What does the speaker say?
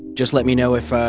just let me know if ah,